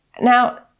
Now